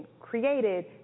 created